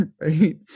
Right